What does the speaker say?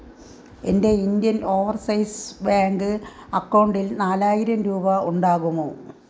എൻ്റെ Indian overseas bank അക്കൗണ്ടിൽ നാലായിരം രൂപ ഉണ്ടാകുമോ